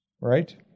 Right